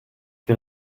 die